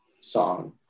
song